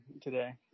today